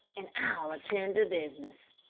and i'll attend to business.